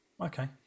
Okay